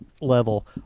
level